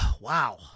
Wow